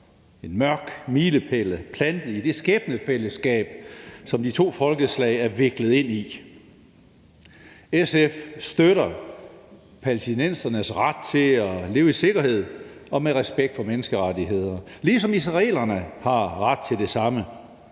En mørk milepæl er plantet i det skæbnefællesskab, som de to folkeslag er viklet ind i. SF støtter palæstinensernes ret til at leve i sikkerhed og med respekt for menneskerettigheder, ligesom israelerne har ret til det samme.